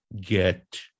get